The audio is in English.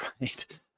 right